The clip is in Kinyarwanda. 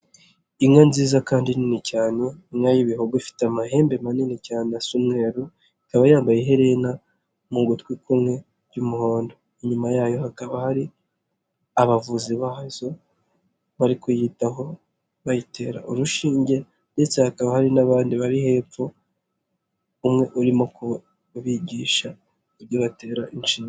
Inka nziza kandi nini cyane inka y'ibihogo ifite amahembe manini cyane asa umweru, ikaba yambaye iherena mu gutwi kumwe ry'umuhondo, inyuma yayo hakaba hari abavuzi bazo bari kuyitaho bayitera urushinge ndetse hakaba hari n'abandi bari hepfo umwe urimo kubigisha uburyo batera inshinge.